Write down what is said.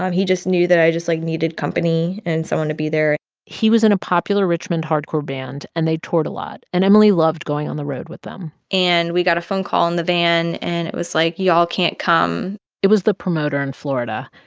um he just knew that i just, like, needed company and someone to be there he was in a popular richmond hardcore band, and they toured a lot. and emily loved going on the road with them and we got a phone call in the van, and it was like, y'all can't come it was the promoter in florida.